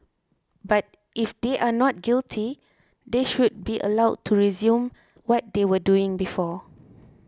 but if they are not guilty they should be allowed to resume what they were doing before